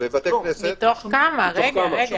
מתוך מחצית